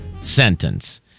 sentence